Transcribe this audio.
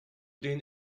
den